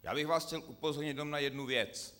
Já bych vás chtěl upozornit jenom na jednu věc.